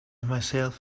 myself